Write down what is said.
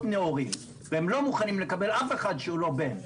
נאורים והם לא מוכנים לקבל אף אחד שהוא לא בן.